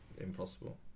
impossible